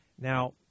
Now